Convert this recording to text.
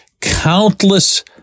countless